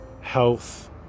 health